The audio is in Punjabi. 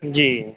ਜੀ